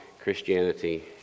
Christianity